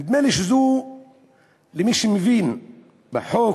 נדמה לי, למי שמבין בחוק